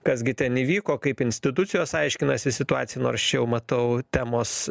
kas gi ten įvyko kaip institucijos aiškinasi situaciją nors čia jau matau temos